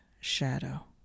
Shadow